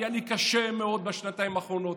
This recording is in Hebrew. היה לי קשה מאוד בשנתיים האחרונות,